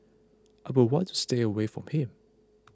I would want to stay away from him